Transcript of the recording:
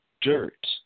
dirt